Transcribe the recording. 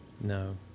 No